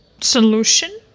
solution